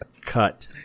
Cut